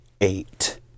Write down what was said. eight